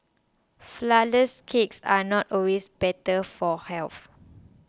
Flourless Cakes are not always better for health